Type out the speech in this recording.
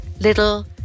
Little